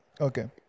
Okay